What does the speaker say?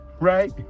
right